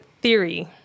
theory